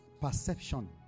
perception